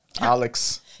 Alex